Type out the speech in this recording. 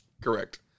Correct